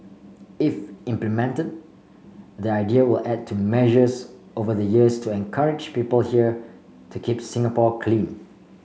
if implemented the idea will add to measures over the years to encourage people here to keep Singapore clean